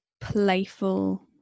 playful